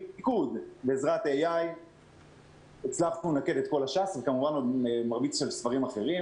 בניקוד בעזרת AI הצלחנו לנקד את כל הש"ס וכמובן עוד ספרים אחרים.